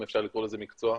אם אפשר לקרוא לזה מקצוע,